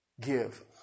give